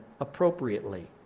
appropriately